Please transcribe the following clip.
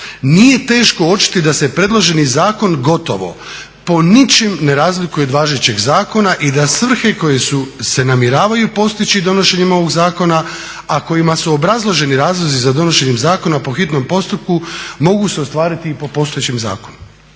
nije teško uočiti da se predloženi zakon gotovo po ničem ne razlikuje od važećeg zakona i da svrhe koje se namjeravaju postići donošenjem ovoga zakona a kojima su obrazloženi razlozi za donošenjem zakona po hitnom postupku mogu se ostvariti i po postojećem zakonu.